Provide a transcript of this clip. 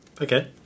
Okay